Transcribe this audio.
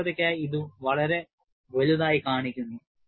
വ്യക്തതയ്ക്കായി ഇത് വളരെ വലുതായി കാണിക്കുന്നു